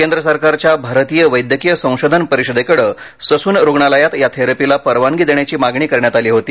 केंद्र सरकारच्या भारतीय वैद्यकीय संशोधन परिषदेकडे ससून रुग्णालयात या थेरपीला परवानगी देण्याची मागणी करण्यात आली होती